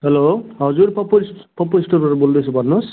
hello हजुर पप्पू पप्पू स्टोरबाट बोल्दैछु भन्नुहोस्